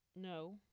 No